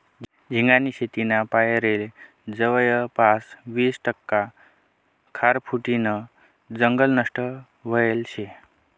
झिंगानी शेतीना पायरे जवयपास वीस टक्का खारफुटीनं जंगल नष्ट व्हयेल शे